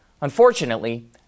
Unfortunately